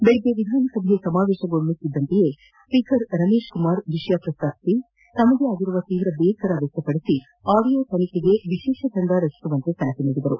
ಬೆಳಗ್ಗೆ ವಿಧಾನಸಭೆ ಸಮಾವೇಶಗೊಳ್ನುತ್ತಿದ್ಲಂತೆ ಸ್ವೀಕರ್ ರಮೇಶ್ ಕುಮಾರ್ ವಿಷಯ ಪ್ರಸ್ತಾಪಿಸಿ ತಮಗಾಗಿರುವ ತೀವ್ರ ಬೇಸರ ವ್ಯಕ್ತಪಡಿಸಿ ಆಡಿಯೋ ತನಿಖೆಗೆ ವಿಶೇಷ ತಂಡ ರಚಿಸುವಂತೆ ಸಲಹೆ ನೀಡಿದರು